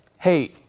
hey